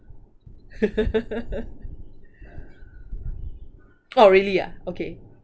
oh really ah okay